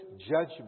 judgment